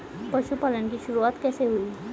पशुपालन की शुरुआत कैसे हुई?